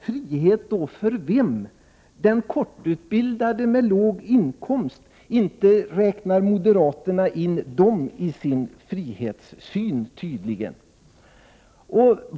Frihet för vem? Tydligen räknar inte moderaterna in de kortutbildade med låga inkomster i sin frihetssyn.